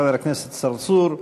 חבר הכנסת צרצור,